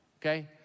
Okay